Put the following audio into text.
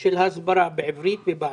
של ההסברה בעברית ובערבית.